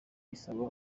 isaba